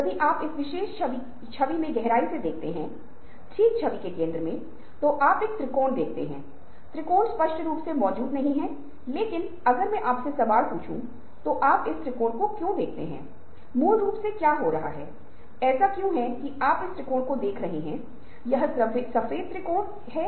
मस्तिष्क में दायां गोलार्ध गैर रेखीय सहज ज्ञान युक्त दृश्य स्थानिक प्रेरक और गुणात्मक विचारों को संसाधित करता है और दायां मस्तिष्क रचनात्मक विचारों की रचनात्मक पीढ़ी के लिए जिम्मेदार है